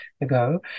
ago